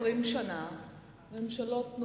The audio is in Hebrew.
להציג במושב הבא תיקון לחוק,